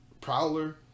Prowler